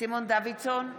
סימון דוידסון,